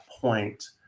point